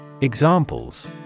Examples